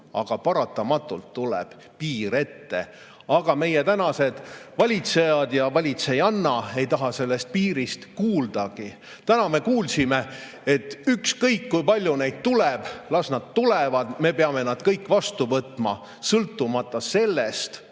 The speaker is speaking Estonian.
paratamatult piir ette. Aga meie tänased valitsejad ja valitsejanna ei taha sellest piirist kuuldagi. Täna me kuulsime, et ükskõik, kui palju neid tuleb, las nad tulevad. Me peame nad kõik vastu võtma, sõltumata sellest,